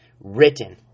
written